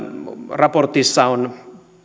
raportissa on